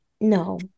No